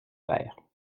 verre